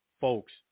folks